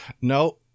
no